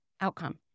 outcome